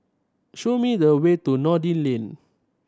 show me the way to Noordin Lane